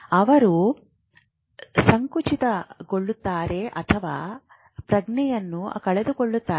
ಅವರು ಸಂಕುಚಿತಗೊಳ್ಳುತ್ತಾರೆ ಅಥವಾ ಪ್ರಜ್ಞೆಯನ್ನು ಕಳೆದುಕೊಳ್ಳುತ್ತಾರೆ